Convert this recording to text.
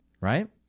right